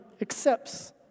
accepts